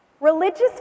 Religious